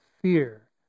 fear